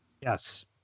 Yes